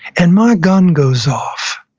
and my gun goes off.